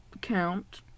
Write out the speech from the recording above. count